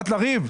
באת לריב?